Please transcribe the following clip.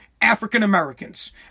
African-Americans